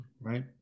Right